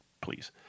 Please